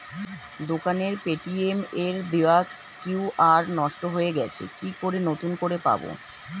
দোকানের পেটিএম এর দেওয়া কিউ.আর নষ্ট হয়ে গেছে কি করে নতুন করে পাবো?